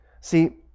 See